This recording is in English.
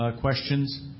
questions